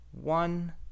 one